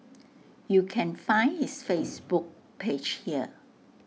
you can find his Facebook page here